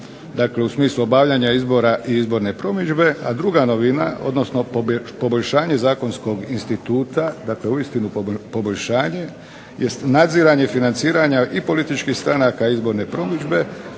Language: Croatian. dakle u smislu obavljanja izbora i izborne promidžbe. A druga novina, odnosno poboljšanje zakonskog instituta, dakle uistinu poboljšanje jest nadziranje financiranja i političkih stranaka i izborne promidžbe,